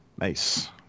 Nice